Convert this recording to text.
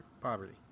poverty